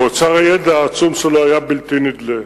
ואוצר הידע העצום שלו היה בלתי נדלה.